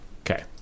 Okay